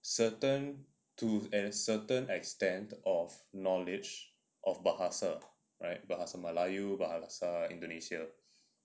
certain tools and certain extent of knowledge of bahasa right bahasa melayu bahasa indonesia